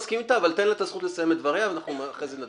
אבל תן לה את הזכות לסיים את דבריה ואנחנו אחרי זה נצביע.